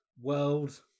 world